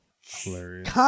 Hilarious